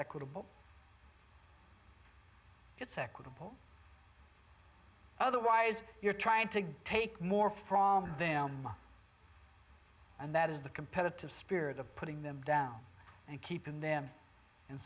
equitable it's equitable otherwise you're trying to take more from them and that is the competitive spirit of putting them down and keeping them in